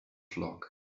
flock